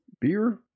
beer